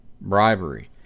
bribery